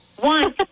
One